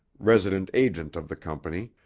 resident agent of the company,